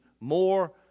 more